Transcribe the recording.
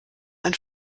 ein